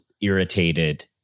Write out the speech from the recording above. irritated